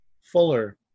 Fuller